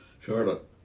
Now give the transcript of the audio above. Charlotte